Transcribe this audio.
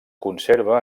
conserva